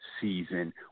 season